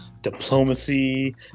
diplomacy